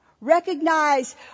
Recognize